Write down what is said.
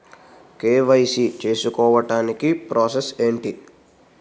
KYC చేసుకోవటానికి process ఏంటి?